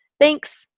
thanks.